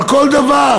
על כל דבר.